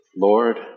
Lord